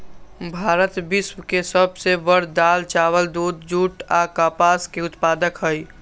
भारत विश्व के सब से बड़ दाल, चावल, दूध, जुट आ कपास के उत्पादक हई